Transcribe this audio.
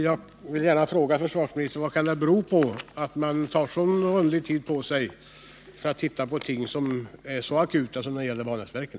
Jag vill gärna fråga försvarsministern: Vad kan det bero på att man tar så rundlig tid på sig för att titta på problem som är så akuta som dessa när det gäller Vanäsverken?